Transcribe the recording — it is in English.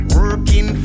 working